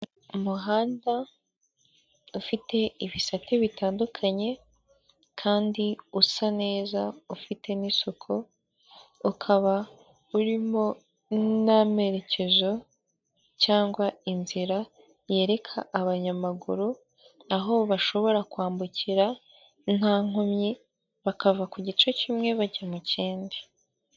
Umuhanda ufite ibisate bitandukanye kandi usa neza ufite n'isuku, ukaba urimo n'amerekezo cyangwa inzira yereka abanyamaguru, aho bashobora kwambukira nta nkomyi bakava ku gice kimwe bajya mu kindi.